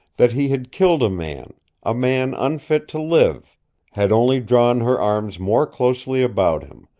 that he had killed a man a man unfit to live had only drawn her arms more closely about him,